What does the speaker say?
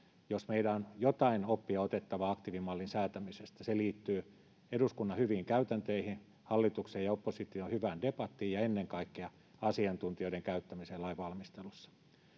jos meidän on jotain oppia otettava aktiivimallin säätämisestä se liittyy eduskunnan hyviin käytänteihin hallituksen ja opposition hyvään debattiin ja ennen kaikkea asiantuntijoiden käyttämiseen lain valmistelussa